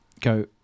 Go